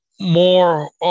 more